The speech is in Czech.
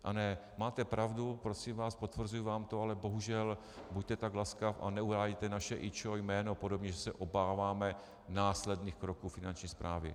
A ne máte pravdu prosím vás, potvrzuji vám to, ale bohužel, buďte tak laskav, ale neuvádějte naše IČO, jméno, a podobně, protože se obáváme následných kroků Finanční správy.